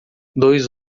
dois